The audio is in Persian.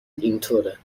اینطوره